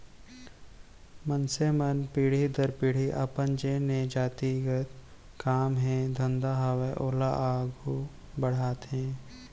मनसे मन पीढ़ी दर पीढ़ी अपन जेन ये जाति गत काम हे धंधा हावय ओला आघू बड़हाथे